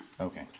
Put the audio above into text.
Okay